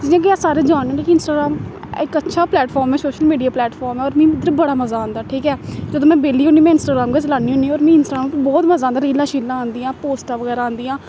जि'यां कि अस सारे जानने कि इंस्टाग्राम इक अच्छा प्लैटफार्म ऐ सोशल मीडिया प्लैटफार्म ऐ होर मीं मतलब बड़ा मजा आंदा ठीक ऐ जदूं में बेह्ली होन्नी में इंस्टाग्राम गै चलान्नी होन्नी होर मीं इंस्टाग्राम बोह्त मजा आंदा रीलां शीलांं आंदियां पोस्टां बगैरा आंदियां